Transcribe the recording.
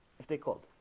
if they called